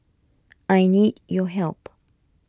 I need your help